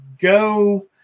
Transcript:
go